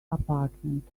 apartment